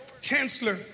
Chancellor